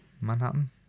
Manhattan